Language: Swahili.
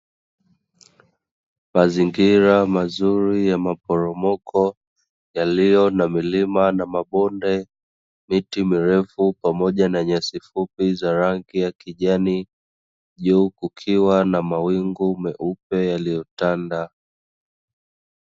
Mazingira mazuri ya maporomoko yaliyo na milima na mabonde, miti mirefu pamoja na nyasi fupi za rangi ya kijani juu kukiwa na mawingu meupe yaliyotanda.